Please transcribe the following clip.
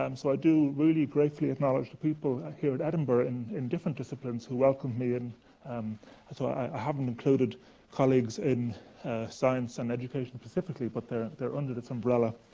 um so i do really gratefully acknowledge the people here at edinburgh in in different disciplines who welcomed me. and um so, i haven't included colleagues in science and education specifically, but they're they're under this umbrella.